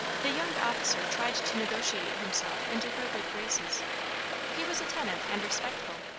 the young officer tried to negotiate himself into her good graces he was attentive and respectful,